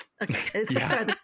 Okay